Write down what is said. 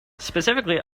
specifically